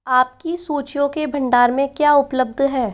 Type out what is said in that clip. आपकी सूचियों के भण्डार में क्या उपलब्ध है